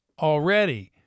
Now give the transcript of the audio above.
already